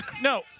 No